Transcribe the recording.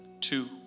two